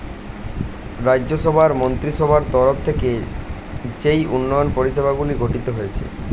রাজ্য সভার মন্ত্রীসভার তরফ থেকে যেই উন্নয়ন পরিষেবাগুলি গঠিত হয়েছে